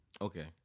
Okay